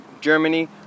Germany